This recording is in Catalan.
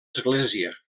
església